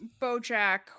BoJack